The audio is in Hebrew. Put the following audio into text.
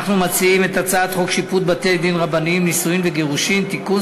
מציעים את הצעת חוק שיפוט בתי-דין רבניים (נישואין וגירושין) (תיקון,